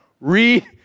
read